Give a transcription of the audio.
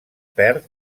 perd